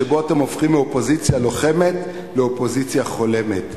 שבו אתם הופכים מאופוזיציה לוחמת לאופוזיציה חולמת,